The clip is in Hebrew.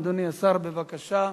אדוני השר, בבקשה.